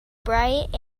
bright